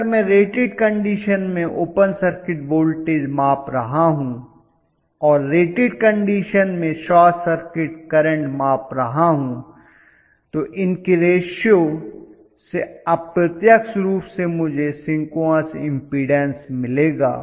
अगर मैं rated condition में ओपन सर्किट वोल्टेज माप रहा हूं और रेटेड कंडीशन में शॉर्ट सर्किट करंट माप रहा हूं तो इनके रैशीओ से अप्रत्यक्ष रूप से मुझे सिंक्रोनस इम्पीडन्स मिलेगा